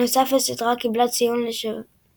בנוסף, הסדרה קיבלה ציון לשבח